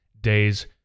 days